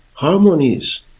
harmonies